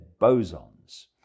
bosons